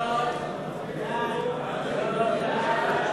סעיף 1 נתקבל.